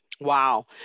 Wow